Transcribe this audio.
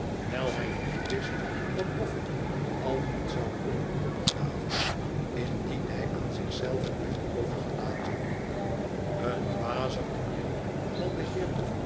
wijl hij niet wist wat boffin al niet zou kunnen opgraven indien hij aan zich zelven werd overgelaten en dwazer tooneel dan de